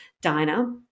diner